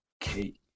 Kate